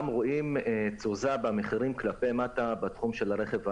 רואים תזוזה במחירים כלפי מטה בתחום של הרכב ההיברידי.